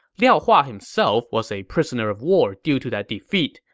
liao hua himself was a prisoner-of-war due to that defeat,